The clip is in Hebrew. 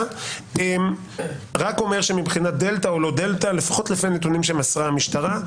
רק אומר שלפי הנתונים שמסרה המשטרה,